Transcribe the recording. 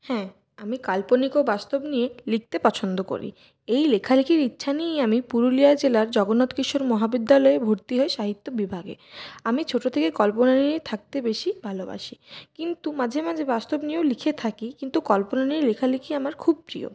হ্যাঁ আমি কাল্পনিক ও বাস্তব নিয়ে লিখতে পছন্দ করি এই লেখালিখির ইচ্ছা নিয়েই আমি পুরুলিয়া জেলার জগন্নাথ কিশোর মহাবিদ্যালয়ে ভর্তি হই সাহিত্য বিভাগে আমি ছোটো থেকে কল্পনা নিয়ে থাকতে বেশি ভালোবাসি কিন্তু মাঝে মাঝে বাস্তব নিয়েও লিখে থাকি কিন্তু কল্পনা নিয়ে লেখালিখি আমার খুব প্রিয়